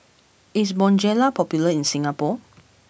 is Bonjela popular in Singapore